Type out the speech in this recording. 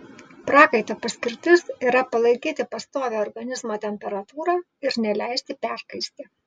prakaito paskirtis yra palaikyti pastovią organizmo temperatūrą ir neleisti perkaisti